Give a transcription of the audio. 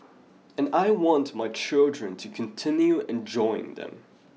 and I want my children to continue enjoying them